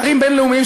אתרים בין-לאומיים,